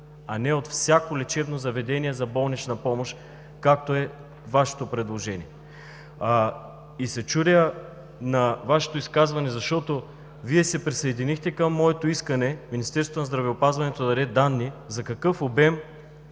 а не от всяко лечебно заведение за болнична помощ, както е Вашето предложение. И се чудя на Вашето изказване, защото Вие се присъединихте към моето искане Министерството на здравеопазването да даде данни за какъв обем